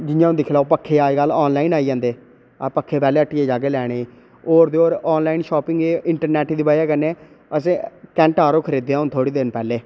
जि'यां दिक्खी लैओ पक्खे अज्ज कल आनलाइन आई जंदे पक्खे पैह्ले हट्टिया जंदे लैने ई होर ते होर आनलाइन शापिंग इंटरनैट दी वजह कन्नै असें खरीदेआ हुन थोहड़े दिन पैह्लें